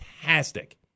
fantastic